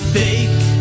fake